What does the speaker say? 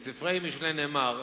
בספר משלי נאמר: